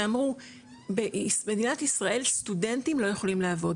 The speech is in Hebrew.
שאמרו במדינת ישראל סטודנטים לא יכולים לעבוד